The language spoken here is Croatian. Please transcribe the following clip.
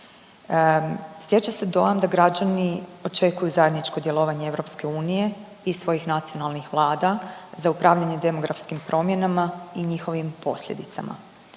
Stječe se dojam da građani očekuju zajedničko djelovanje EU i svojih nacionalnih vlada za upravljanje demografskim promjenama i njihovim posljedicama.